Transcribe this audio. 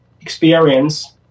experience